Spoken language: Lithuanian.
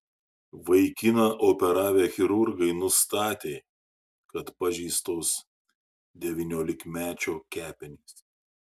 vaikiną operavę chirurgai nustatė kad pažeistos devyniolikmečio kepenys